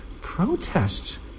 protests